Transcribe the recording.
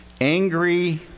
Angry